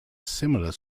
similar